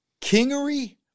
Kingery